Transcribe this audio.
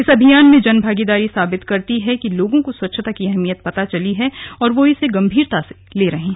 इस अभियान में जनभागीदारी साबित करती है कि लोगों को स्वच्छता की अहमियत पता चली है और वो इसे गंभीरता से ले रहे हैं